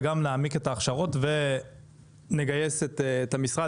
וגם נעמיק את ההכשרות ונגייס את המשרד